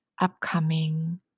upcoming